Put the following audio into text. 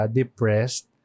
depressed